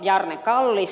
bjarne kallis